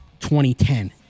2010